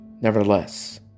Nevertheless